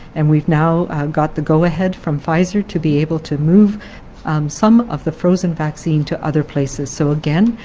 and we've now got the go-ahead from pfizer to be able to move some of the frozen vaccine to other places. so again,